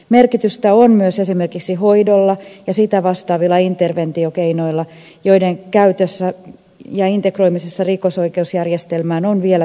merkitystä on myös esimerkiksi hoidolla ja sitä vastaavilla interventiokeinoilla joiden käytössä ja integroimisessa rikosoi keusjärjestelmään on vielä tekemistä